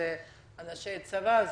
זה אנשי הצבא,